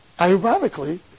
ironically